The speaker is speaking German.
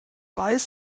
weiß